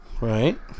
right